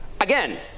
Again